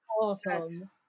awesome